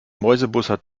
mäusebussard